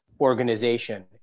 organization